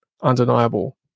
undeniable